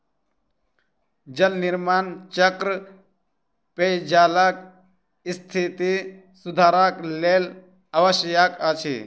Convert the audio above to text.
जल निर्माण चक्र पेयजलक स्थिति सुधारक लेल आवश्यक अछि